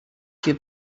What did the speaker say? give